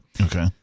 Okay